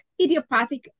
idiopathic